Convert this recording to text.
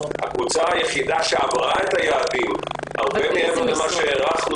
הקבוצה היחידה שעברה את היעדים הרבה מעבר למה שהערכנו